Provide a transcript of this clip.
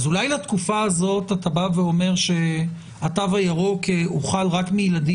אולי לתקופה הזאת אתה אומר שהתו הירוק יוחל רק על ילדים